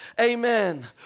amen